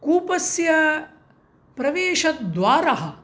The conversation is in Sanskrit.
कूपस्य प्रवेशद्वारः